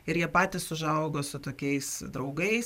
ir jie patys užaugo su tokiais draugais